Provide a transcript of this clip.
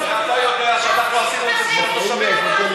אתה יודע שאנחנו עשינו את זה בשביל התושבים.